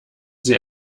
sie